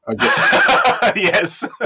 Yes